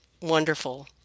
wonderful